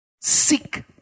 Seek